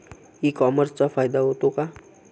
E कॉमर्सचा फायदा होतो का?